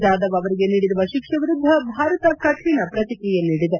ಜಾದವ್ ಅವರಿಗೆ ನೀಡಿರುವ ಶಿಕ್ಷೆ ವಿರುದ್ದ ಭಾರತ ಕಠಿಣ ಪ್ರತಿಕ್ರಿಯೆ ನೀಡಿದೆ